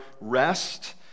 rest